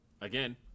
again